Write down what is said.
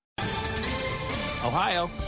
Ohio